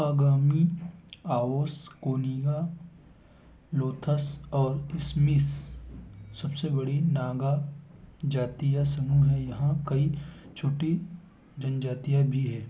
अगामी आओस कोनिगा लोथस और इस्मिस सबसे बड़ी नागा जातीय समूह है यहाँ कई छोटी जनजातियाँ भी हैं